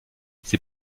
ces